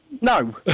No